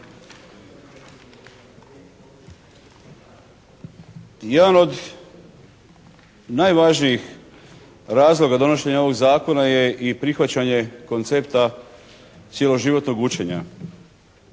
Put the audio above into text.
Jedan od najvažnijih razloga donošenja ovog Zakona je i prihvaćanje koncepta cjeloživotnog učenja.